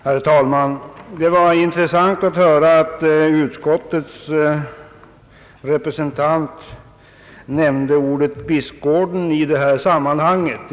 Herr talman! Det var intressant att höra att utskottets representant nämnde namnet Bispgården i detta sammanhang.